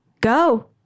go